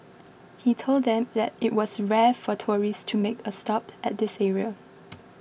he told them that it was rare for tourists to make a stop at this area